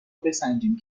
بسنجیم